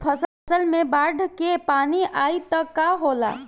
फसल मे बाढ़ के पानी आई त का होला?